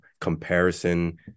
comparison